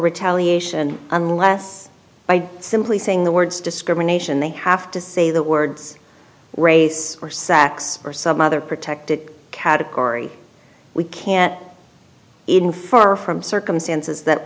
retaliation unless by simply saying the words discrimination they have to say the words race or sex or some other protected category we can't even for from circumstances that